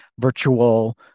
virtual